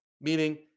meaning